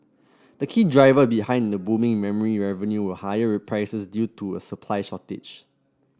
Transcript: the key driver behind the booming memory revenue were higher prices due to a supply shortage